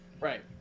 right